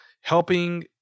helping